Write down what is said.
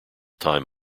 time